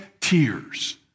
tears